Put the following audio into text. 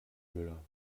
müller